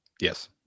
Yes